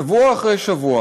שבוע אחרי שבוע